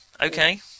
Okay